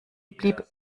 blieb